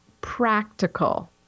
practical